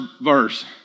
verse